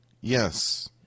Yes